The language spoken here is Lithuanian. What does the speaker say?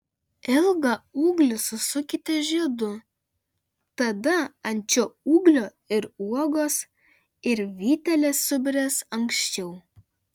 ilgą ūglį susukite žiedu tada ant šio ūglio ir uogos ir vytelės subręs anksčiau